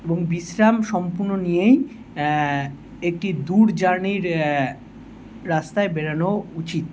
এবং বিশ্রাম সম্পূর্ণ নিয়েই একটি দূর জার্নির রাস্তায় বেরোনো উচিত